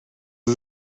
sie